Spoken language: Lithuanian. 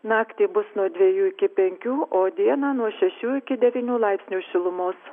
naktį bus nuo dviejų iki penkių o dieną nuo šešių iki devynių laipsnių šilumos